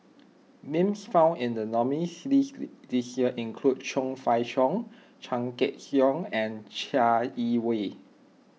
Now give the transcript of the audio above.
names found in the nominees' list this year include Chong Fah Cheong Chan Sek Keong and Chai Yee Wei